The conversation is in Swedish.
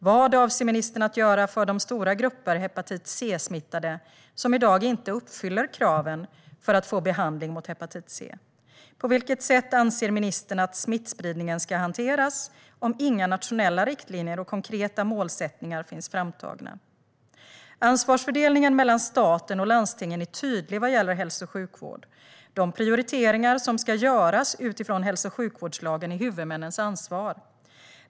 Vad avser ministern att göra för de stora grupper hepatit C-smittade som i dag inte uppfyller kraven för att få behandling mot hepatit C? På vilket sätt anser ministern att smittspridningen ska hanteras om inga nationella riktlinjer och konkreta målsättningar finns framtagna? Ansvarsfördelningen mellan staten och landstingen är tydlig vad gäller hälso och sjukvård. De prioriteringar som ska göras utifrån hälso och sjukvårdslagen är huvudmännens ansvar.